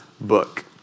book